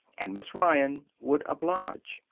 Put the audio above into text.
and miss ryan would oblige.